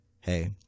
hey